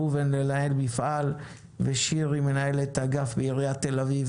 ראובן לנהל מפעל ושירי מנהלת אגף בעיריית תל אביב.